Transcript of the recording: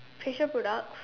facial products